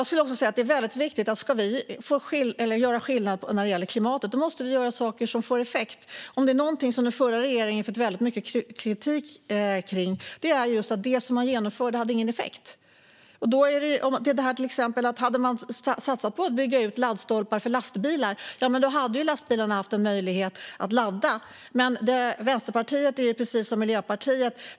Ska vi göra skillnad när det gäller klimatet måste vi göra saker som får effekt. Någonting som den förra regeringen har fått väldigt mycket kritik för är just att det som man genomförde inte hade någon effekt. Hade man till exempel satsat på att bygga ut laddstolpar för lastbilar hade lastbilarna haft en möjlighet att ladda. Vänsterpartiet är precis som Miljöpartiet.